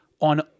on